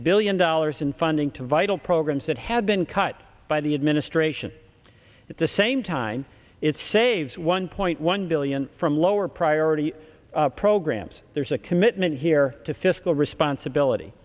billion dollars in funding to vital programs that had been cut by the administration at the same time it saves one point one billion from lower priority programs there's a commitment here to fiscal responsibility